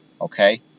Okay